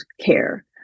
care